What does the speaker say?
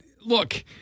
look